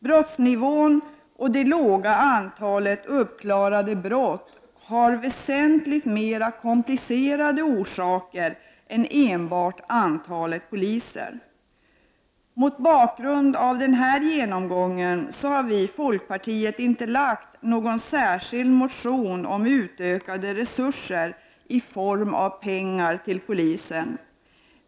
Brottsnivån och det låga antalet uppklarade brott har väsentligt mer komplicerade orsaker än enbart antalet poliser. Mot bakgrund av den här genomgången har vi i folkpartiet inte väckt nå gon särskild motion om utökade resurser i form av pengar till polisen.